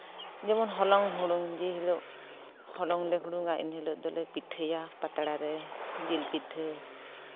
ᱡᱮᱢᱚᱱ ᱦᱚᱞᱚᱝ ᱦᱩᱲᱩᱝ ᱡᱮ ᱦᱤᱞᱳᱜ ᱦᱚᱞᱚᱝ ᱞᱮ ᱦᱩᱲᱩᱝᱟ ᱤᱱ ᱦᱤᱞᱚᱜ ᱫᱚᱞᱮ ᱯᱤᱴᱷᱟᱹᱭᱟ ᱡᱤᱞ ᱯᱤᱴᱷᱟᱹ